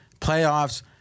playoffs